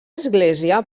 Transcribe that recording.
església